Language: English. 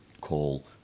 call